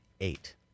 eight